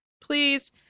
Please